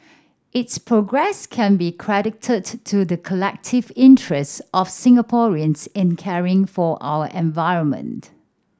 its progress can be credited to the collective interest of Singaporeans in caring for our environment